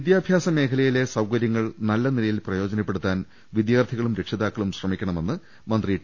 വിദ്യാഭ്യാസ മേഖലയിലെ സൌകര്യങ്ങൾ നല്ല നിലയിൽ പ്രയോ ജനപ്പെടുത്താൻ വിദ്യാർത്ഥികളും രക്ഷിതാക്കളും ശ്രമിക്കണമെന്ന് മന്ത്രി ടി